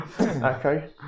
Okay